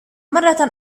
مرة